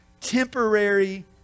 temporary